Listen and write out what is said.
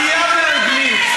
עלייה באנגלית,